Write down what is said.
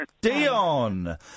Dion